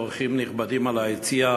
אורחים נכבדים ביציע,